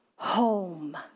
Home